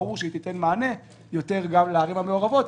ברור שהיא תיתן מענה יותר לערים המעורבות,